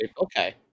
Okay